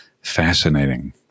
Fascinating